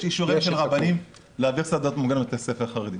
יש אישורים של רבנים להעביר סדנאות מוגנות בבתי ספר חרדיים.